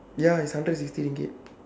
ya it's hundred and sixty ringgit